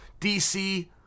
DC